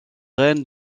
rênes